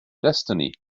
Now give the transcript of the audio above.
destiny